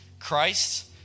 Christ